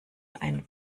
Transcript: ein